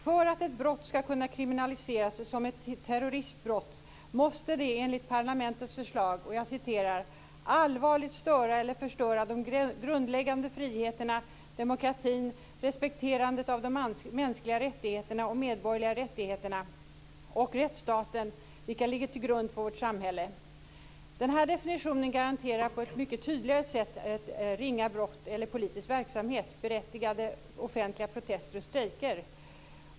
För att ett brott ska betecknas som ett terroristbrott måste det - och jag citerar parlamentets förslag - "allvarligt störa eller förstöra de grundläggande friheterna, demokratin, respekterandet av de mänskliga rättigheterna och medborgerliga rättigheterna och rättsstaten, vilka ligger till grund för vårt samhälle." Den definitionen garanterar på ett mycket tydligare sätt ringa brott eller politisk verksamhet, berättigade offentliga protester och strejker.